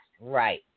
Right